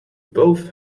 both